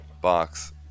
box